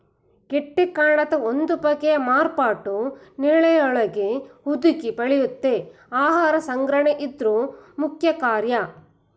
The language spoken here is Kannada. ಗೆಡ್ಡೆಕಾಂಡದ ಒಂದು ಬಗೆಯ ಮಾರ್ಪಾಟು ನೆಲದೊಳಗೇ ಹುದುಗಿ ಬೆಳೆಯುತ್ತೆ ಆಹಾರ ಸಂಗ್ರಹಣೆ ಇದ್ರ ಮುಖ್ಯಕಾರ್ಯ